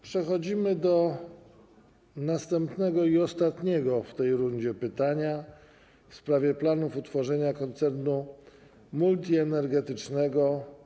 Przechodzimy do następnego i ostatniego w tej rundzie pytania w sprawie planów dotyczących utworzenia koncernu multienergetycznego.